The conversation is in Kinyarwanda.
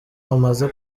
bamaze